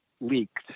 leaked